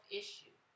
issue